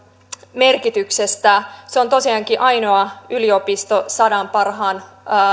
merkityksestä se on tosiaankin ainoa yliopisto sadan parhaan